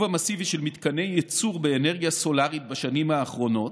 המסיבי של מתקני ייצור באנרגיה סולרית בשנים האחרונות,